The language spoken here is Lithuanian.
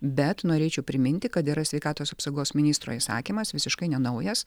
bet norėčiau priminti kad yra sveikatos apsaugos ministro įsakymas visiškai nenaujas